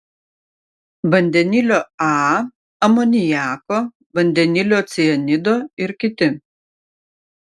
vandenilio a amoniako vandenilio cianido ir kiti